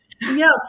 Yes